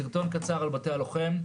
סרטון קצר על בתי הלוחם,